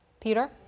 Peter